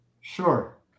sure